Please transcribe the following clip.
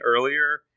earlier